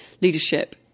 leadership